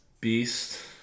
Beast